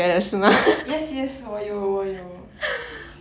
yes yes 我有我有